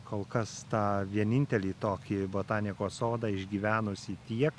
kol kas tą vienintelį tokį botanikos sodą išgyvenusi tiek